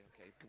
okay